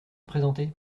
présenter